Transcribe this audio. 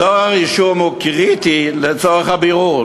אזור הרישום הוא קריטי לצורך הבירור.